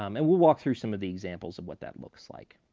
um and we'll walk through some of the examples of what that looks like.